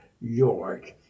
York